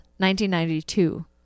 1992